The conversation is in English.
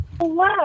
Hello